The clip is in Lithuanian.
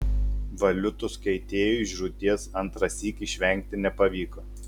valiutos keitėjui žūties antrąsyk išvengti nepavyko